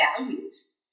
values